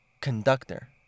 conductor